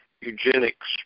eugenics